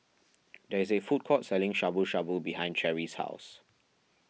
there is a food court selling Shabu Shabu behind Cherrie's house